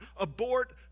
abort